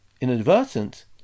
inadvertent